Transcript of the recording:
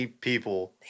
people